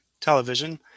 television